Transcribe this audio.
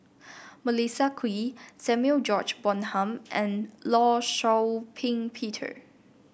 Melissa Kwee Samuel George Bonham and Law Shau Ping Peter